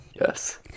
Yes